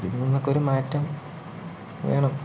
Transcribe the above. ഇതിൽനിന്നൊക്കെ ഒരു മാറ്റം വേണം